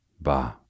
Bah